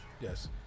Yes